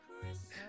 Christmas